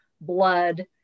blood